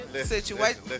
situation